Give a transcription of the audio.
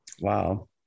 Wow